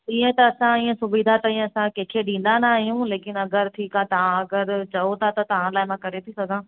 ईअं त असां ईअं सुविधा त ईअं असां कंहिंखे ॾींदा न आहियूं लेकिन अगरि ठीकु आहे तव्हां अगरि चायो था त तव्हां लाइ मां करे थी सघां